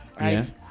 right